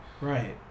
Right